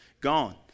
gone